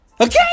Okay